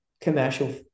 commercial